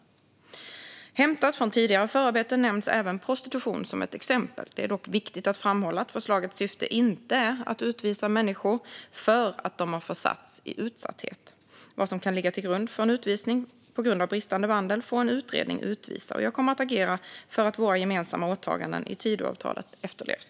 Hämtat från tidigare förarbeten nämns även prostitution som ett exempel. Det är dock viktigt att framhålla att förslagets syfte inte är att utvisa människor för att de har försatts i utsatthet. Vad som kan ligga till grund för utvisning på grund av bristande vandel får en utredning utvisa. Jag kommer att agera för att våra gemensamma åtaganden i Tidöavtalet ska efterlevas.